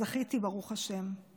זכיתי, ברוך השם.